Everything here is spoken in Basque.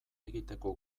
egiteko